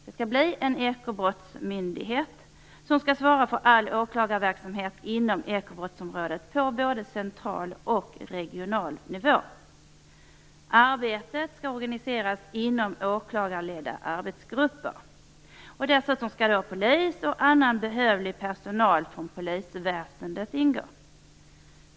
Det skall bli en ekobrottsmyndighet som skall svara för all åklagarverksamhet inom ekobrottsområdet på både central och regional nivå. Arbetet skall organiseras inom åklagarledda arbetsgrupper. Dessutom skall polis och annan behövlig personal från polisväsendet ingå.